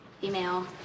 Female